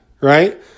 right